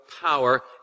power